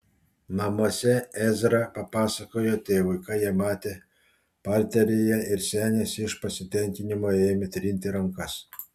namuose ezra papasakojo tėvui ką jie matę parteryje ir senis iš pasitenkinimo ėmė trinti rankas